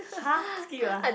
!huh! skip ah